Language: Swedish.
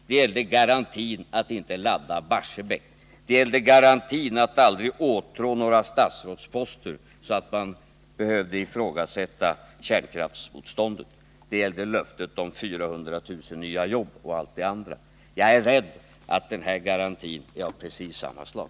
Det gällde garantin att inte ladda Barsebäck. Det gällde garantin att aldrig så åtrå några statsrådsposter, att man behövde ifrågasätta kärnkraftsmotståndet. Det gällde löftet om 400 000 nya jobb och allt det andra. Jag är rädd för att den här garantin är av precis samma slag.